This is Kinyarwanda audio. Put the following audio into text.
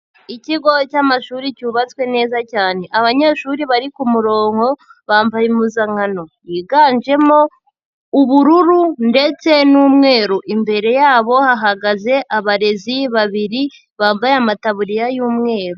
Ikigo cy'amashuri cyubatswe neza cyane, abanyeshuri bari ku muronko bambaye impuzankano, yiganjemo ubururu ndetse n'umweru, imbere yabo hahagaze abarezi babiri bambaye amatabuririya y'umweru.